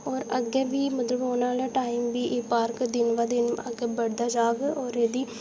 होर अग्गें बी मतलब औने आह्ले टाइम बी एह् पार्क दिन ब दिन अग्गै बढ़दा जाह्ग होर एह्दी